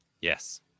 Yes